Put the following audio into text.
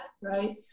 right